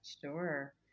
Sure